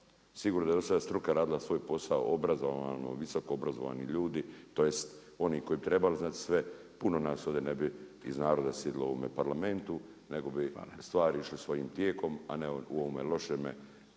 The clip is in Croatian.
sigurno da je dosad struka radila svoj posao, visoko obrazovani ljudi tj., oni koji bi trebali znati sve, puno nas ovdje nas ovdje ne bi iz naroda sjedilo u ovome Parlamentu, nego bi stvari išle svojim tijekom a ne u ovome lošemu